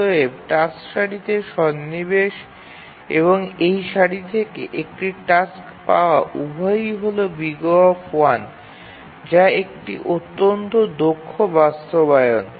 অতএব টাস্ক সারিতে সন্নিবেশ এবং এই সারি থেকে একটি টাস্ক পাওয়া উভয়ই হল O যা একটি অত্যন্ত দক্ষ বাস্তবায়ন